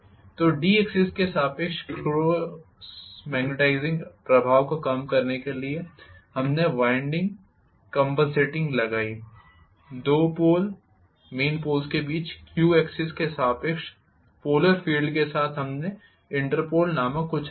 तो D axis के सापेक्ष क्रॉस मैग्नेटाइजिंग प्रभाव को कम करने के लिए हमने वाइंडिंग कॅंपनसेटिंग लगाई 2 मेन पोल्स के बीच Q एक्सिस के सापेक्ष पोलर फील्ड के साथ हमने इंटरपोल नामक कुछ रखा